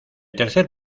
tercer